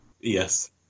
Yes